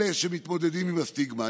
אלה שמתמודדים עם הסטיגמה.